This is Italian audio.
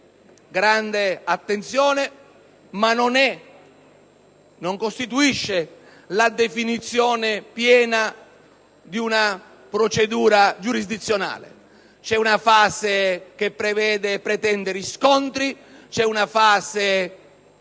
grande attenzione, ma che essa non costituisca la definizione piena di una procedura giurisdizionale. Vi è una fase che prevede e pretende riscontri; vi è una fase